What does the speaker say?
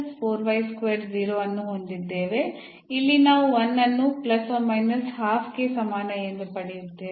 ನಾವು 0 ಅನ್ನು ಹೊಂದಿದ್ದೇವೆ ಅಲ್ಲಿ ನಾವು 1 ಅನ್ನು ಗೆ ಸಮಾನ ಎಂದು ಪಡೆಯುತ್ತೇವೆ